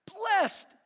Blessed